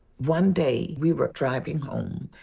one day, we were driving home,